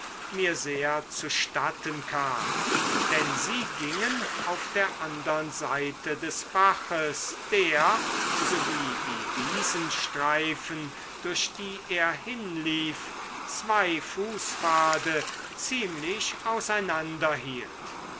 mir sehr zustatten kam denn sie gingen auf der andern seite des baches der sowie die wiesenstreifen durch die er hinlief zwei fußpfade ziemlich auseinander